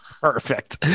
Perfect